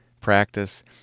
practice